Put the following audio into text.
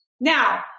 Now